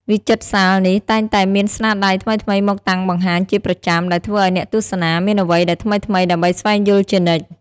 វិចិត្រសាលនេះតែងតែមានស្នាដៃថ្មីៗមកតាំងបង្ហាញជាប្រចាំ ដែលធ្វើឲ្យអ្នកទស្សនាមានអ្វីដែលថ្មីៗដើម្បីស្វែងយល់ជានិច្ច។